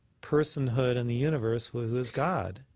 personhood in the universe, who who is god,